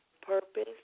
purpose